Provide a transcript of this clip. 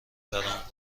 برام